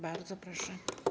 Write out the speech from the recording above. Bardzo proszę.